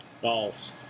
False